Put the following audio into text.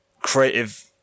creative